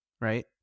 right